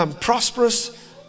prosperous